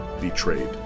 Betrayed